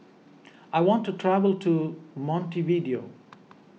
I want to travel to Montevideo